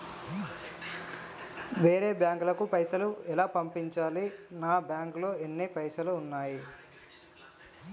వేరే బ్యాంకుకు పైసలు ఎలా పంపించాలి? నా బ్యాంకులో ఎన్ని పైసలు ఉన్నాయి?